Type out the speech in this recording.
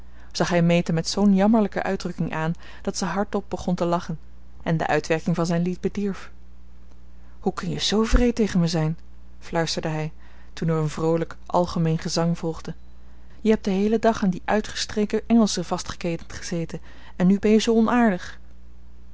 zag hij meta met zoo'n jammerlijke uitdrukking aan dat ze hardop begon te lachen en de uitwerking van zijn lied bedierf hoe kun je zoo wreed tegen me zijn fluisterde hij toen er een vroolijk algemeen gezang volgde je hebt den heelen dag aan dien uitgestreken engelsche vastgeketend gezeten en nu ben je zoo onaardig